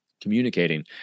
communicating